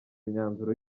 imyanzuro